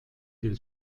del